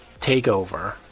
takeover